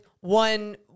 one